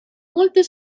molte